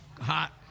hot